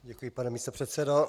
Děkuji, pane místopředsedo.